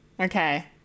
Okay